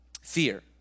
Fear